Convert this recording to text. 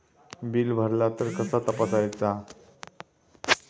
Bill भरला तर कसा तपसायचा?